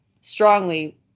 strongly